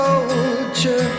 Soldier